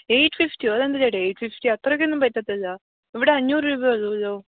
eight ഫിഫ്റ്റിയോ അത് എന്താ ഒരു എയിറ്റ് ഫിഫ്റ്റി അത്രയ്ക്കൊന്നും പറ്റത്തില്ല ഇവിടെ അഞ്ഞൂറ് രൂപയേ ഉളളൂ ലോ